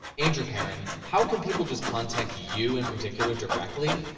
andrew perrin, how can people just contact you in particular directly,